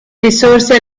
risorse